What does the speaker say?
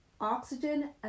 oxygen